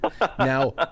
now